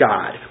God